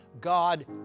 God